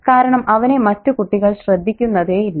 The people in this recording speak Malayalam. കാരണം അവനെ മറ്റു കുട്ടികൾ ശ്രദ്ധിക്കുന്നതേയില്ല